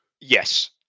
Yes